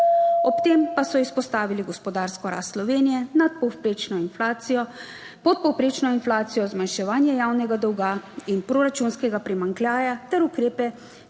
Ob tem pa so izpostavili gospodarsko rast Slovenije, nadpovprečno inflacijo, podpovprečno inflacijo, zmanjševanje javnega dolga in proračunskega primanjkljaja ter ukrepe,